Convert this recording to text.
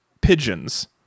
pigeons